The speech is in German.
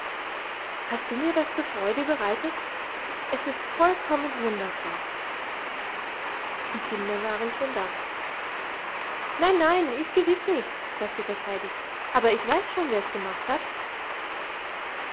hast du mir das zur freude bereitet es ist vollkommen wundervoll die kinder waren schon da nein nein ich gewiß nicht sagte das heidi aber ich weiß schon wer's gemacht hat